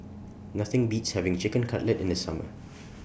Nothing Beats having Chicken Cutlet in The Summer